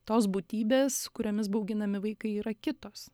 tos būtybės kuriomis bauginami vaikai yra kitos